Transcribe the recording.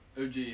OG